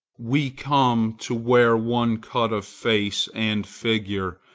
we come to wear one cut of face and figure,